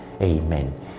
Amen